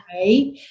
Right